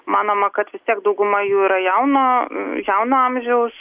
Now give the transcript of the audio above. manoma kad vis tiek dauguma jų yra jauno jauno amžiaus